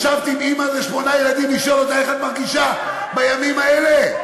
ישבת עם אימא לשמונה ילדים לשאול אותה: איך את מרגישה בימים האלה?